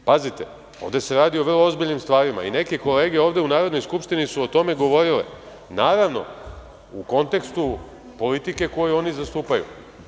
Ovde se radi o vrlo ozbiljnim stvarima i neke kolege ovde u Narodnoj skupštini su o tome govorile, naravno, u kontekstu politike koju oni zastupaju.